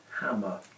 hammer